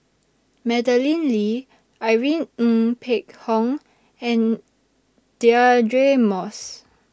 Madeleine Lee Irene Ng Phek Hoong and Deirdre Moss